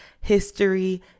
History